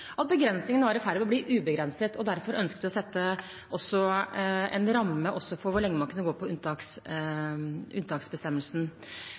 var i ferd med å bli ubegrenset. Derfor ønsket vi å sette en ramme også for hvor lenge man kunne gå på